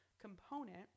component